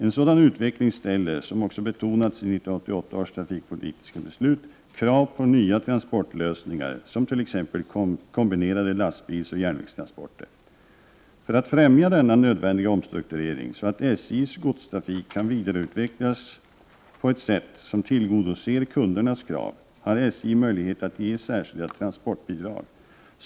En sådan utveckling ställer, som också betonats i 1988 års trafikpolitiska beslut, krav på nya transportlösningar, som kombinerade lastbilsoch järnvägstransporter. För att främja denna nödvändiga omstrukturering så att SJ:s godstrafik kan vidareutvecklas på ett sätt som tillgodoser kundernas krav har SJ möjlighet att ge särskilda transportbidrag.